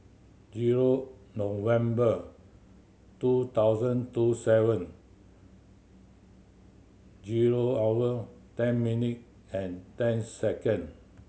zero November two thousand two seven zero hour ten minute and ten second